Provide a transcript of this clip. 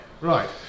Right